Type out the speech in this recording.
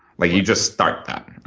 like, you just start that,